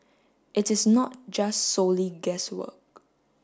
it is not just solely guesswork